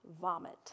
vomit